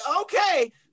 okay